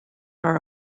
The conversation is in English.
are